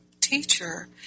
teacher